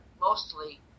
mostly